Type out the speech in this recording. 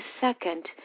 second